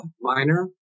minor